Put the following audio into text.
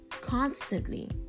Constantly